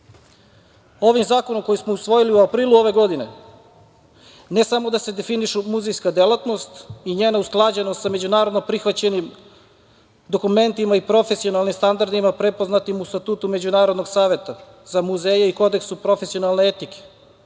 zakonom koji smo osvojili u aprilu ove godine ne samo da se definišu muzejska delatnost i njena usklađenost sa međunarodno prihvaćenim dokumentima i profesionalnim standardima prepoznatim u Statutu Međunarodnog saveta za muzeje i Kodeksu profesionalne etike,